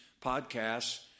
podcasts